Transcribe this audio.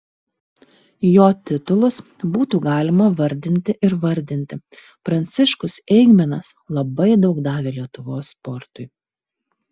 jo titulus būtų galima vardinti ir vardinti pranciškus eigminas labai daug davė lietuvos sportui